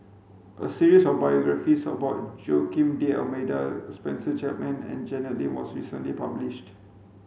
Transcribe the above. a series of biographies about Joaquim D'almeida Spencer Chapman and Janet Lim was recently published